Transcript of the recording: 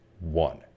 one